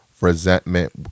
resentment